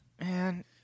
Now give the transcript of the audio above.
man